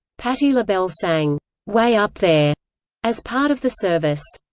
patti labelle sang way up there as part of the service.